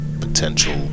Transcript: potential